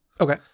Okay